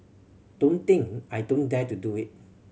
don't think I don't dare to do it